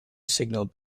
signal